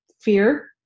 fear